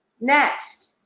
Next